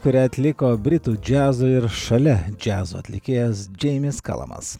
kurią atliko britų džiazo ir šalia džiazo atlikėjas džeimis kalamas